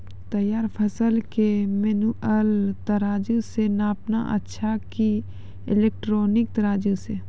तैयार फसल के मेनुअल तराजु से नापना अच्छा कि इलेक्ट्रॉनिक तराजु से?